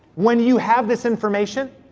when you have this information,